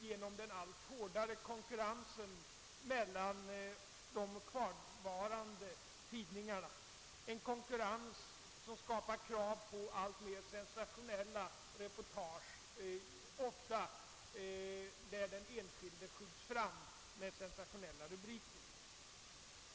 Genom den allt hårdare konkurrensen mellan de kvarvarande tidningarna skapas en utveck ling mot alltmer sensationella reportage, i vilka ofta den enskilda människan skjuts fram med stora rubriker.